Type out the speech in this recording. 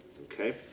okay